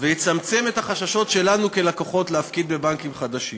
ויצמצמו את החששות שלנו כלקוחות להפקיד בבנקים חדשים.